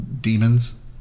demons